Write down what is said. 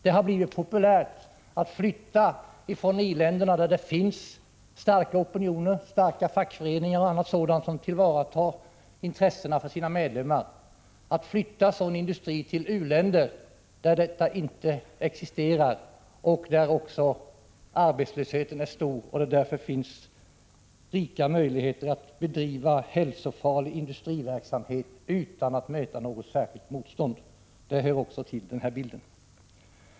Det har blivit populärt att från i-länderna — där det finns starka opinioner, starka fackföreningar och annat, som tillvaratar sina medlemmars intressen — flytta sådan industri till u-länder, där detta inte existerar och där också arbetslösheten är stor och det därför finns rika möjligheter att bedriva hälsofarlig industriverksamhet utan att möta något särskilt motstånd. Det hör också till den här bilden.